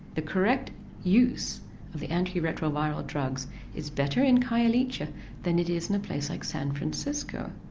the correct use of the antiretroviral drugs is better in khayelitsha than it is in a place like san francisco.